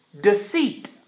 deceit